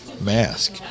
mask